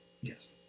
yes